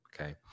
Okay